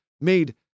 made